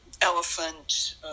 elephant